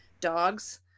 dogs